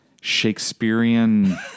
Shakespearean